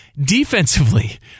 defensively